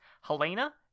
Helena